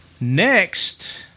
Next